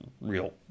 real